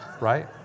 right